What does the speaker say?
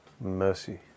mercy